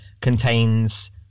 contains